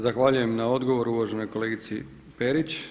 Zahvaljujem na odgovoru uvaženoj kolegici Perić.